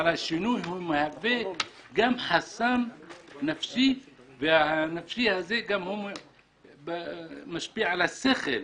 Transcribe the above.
אבל השינוי מהווה גם חסם נפשי והחסם הנפשי הזה גם הוא משפיע על השכל,